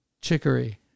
Chicory